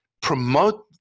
promote